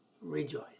Rejoice